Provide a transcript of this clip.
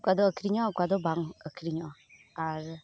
ᱚᱠᱟ ᱫᱚ ᱟᱹᱠᱷᱨᱤᱧᱚᱜᱼᱟ ᱚᱠᱟ ᱫᱚ ᱵᱟᱝ ᱟᱹᱠᱷᱨᱤᱧᱚᱜᱼᱟ ᱟᱨ